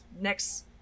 next